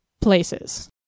places